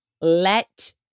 let